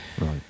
right